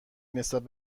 نسبت